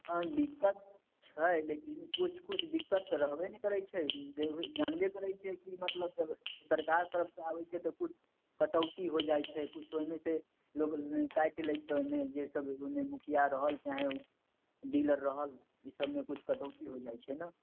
हँ दिक्कत छै लेकिन किछु किछु दिक्कत तऽ रहबे ने करैत छै ई जनबे करैत छियै कि मतलब सरकार तरफसँ आबैत छै तऽ किछु कटौती हो जाइत छै किछु ओहिमे से लोग काटि लै छै जे सब ओहिमे मुखिआ रहल चाहे डीलर रहल ओ सबमे किछु कटौती हो जाइत छै ने